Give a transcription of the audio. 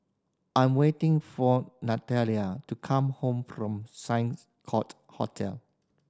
I'm waiting for to come home from Court Hotel